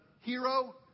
hero